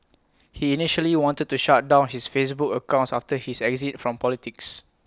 he initially wanted to shut down his Facebook accounts after his exit from politics